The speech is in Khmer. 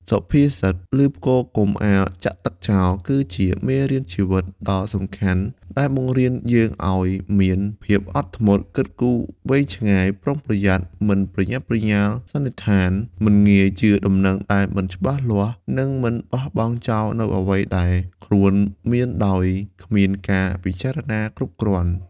សុភាសិត "ឮផ្គរ កុំអាលចាក់ទឹកចោល" គឺជាមេរៀនជីវិតដ៏សំខាន់ ដែលបង្រៀនយើងឲ្យមាន ភាពអត់ធ្មត់ គិតគូរវែងឆ្ងាយ ប្រុងប្រយ័ត្ន មិនប្រញាប់ប្រញាល់សន្និដ្ឋាន មិនងាយជឿដំណឹងដែលមិនច្បាស់លាស់ និងមិនបោះបង់ចោលនូវអ្វីដែលខ្លួនមានដោយគ្មានការពិចារណាគ្រប់គ្រាន់។